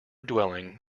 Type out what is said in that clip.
dwelling